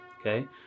Okay